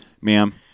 Ma'am